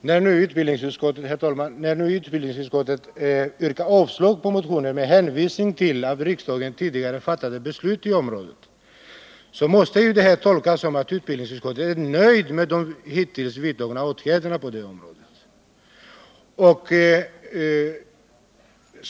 Herr talman! När nu utbildningsutskottet yrkar avslag på motionen med hänvisning till att riksdagen tidigare har fattat ett beslut i frågan, måste det tolkas som att utbildningsutskottet är nöjt med de hittills vidtagna åtgärderna på området.